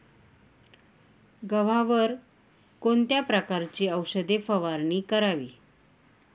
गव्हावर कोणत्या प्रकारची औषध फवारणी करावी?